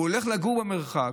הוא הולך לגור במרחק,